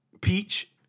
peach